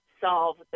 solve